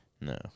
no